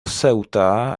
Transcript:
ceuta